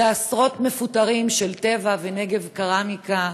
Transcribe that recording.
בעשרות מפוטרים של טבע ונגב קרמיקה,